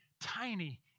tiny